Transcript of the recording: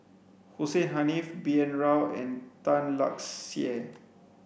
Hussein Haniff B N Rao and Tan Lark Sye